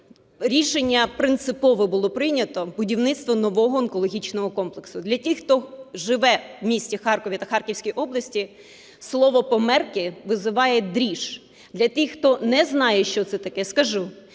рішення принципове було прийнято – будівництво нового онкологічного комплексу. Для тих, хто живе в місті Харкові та Харківській області слово "Померки" визиває дріж. Для тих, хто не знає що це таке, скажу.